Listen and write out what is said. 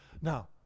Now